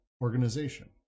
organization